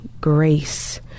grace